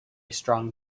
strong